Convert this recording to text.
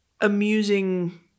amusing